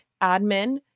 admin